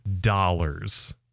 dollars